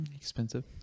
Expensive